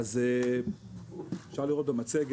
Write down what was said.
(הצגת מצגת) אפשר לראות במצגת